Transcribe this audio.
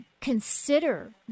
consider